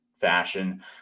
fashion